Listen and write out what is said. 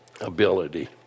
ability